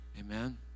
Amen